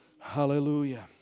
Hallelujah